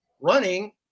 running